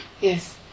Yes